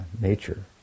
nature